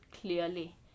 clearly